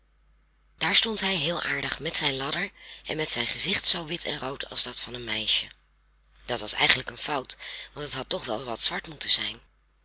daar stond hij heel aardig met zijn ladder en met een gezicht zoo wit en rood als dat van een meisje dat was eigenlijk een fout want het had toch wel wat zwart moeten zijn